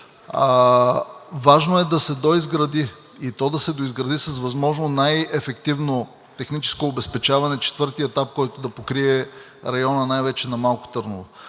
Важно е да се доизгради, и то да се доизгради с възможно най-ефективно техническо обезпечаване четвъртият етап, който да покрие района най-вече на Малко Търново.